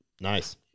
Nice